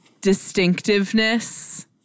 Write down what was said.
distinctiveness